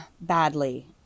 badly